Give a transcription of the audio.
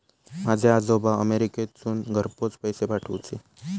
माझे आजोबा अमेरिकेतसून घरपोच पैसे पाठवूचे